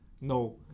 no